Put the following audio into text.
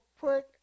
put